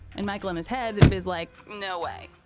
and michael in his head is like, no way,